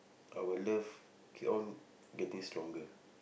our love keep on getting stronger